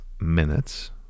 minutes